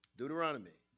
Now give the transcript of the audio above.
Deuteronomy